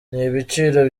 ibiciro